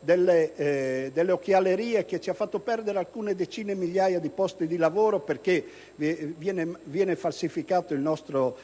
di occhiali, che ci ha fatto perdere decine di migliaia di posti di lavoro perché viene falsificato il nostro